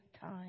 time